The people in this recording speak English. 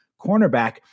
cornerback